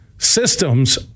Systems